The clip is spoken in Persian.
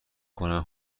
کنم